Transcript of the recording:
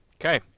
Okay